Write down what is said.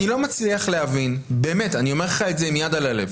אני אומר לך עם יד על הלב,